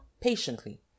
patiently